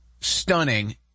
stunning